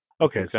Okay